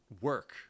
work